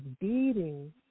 beating